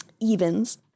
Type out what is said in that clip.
evens